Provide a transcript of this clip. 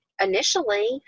initially